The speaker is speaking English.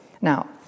Now